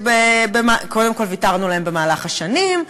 קודם כול ויתרנו להם במהלך השנים,